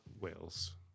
Wales